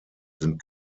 sind